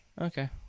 Okay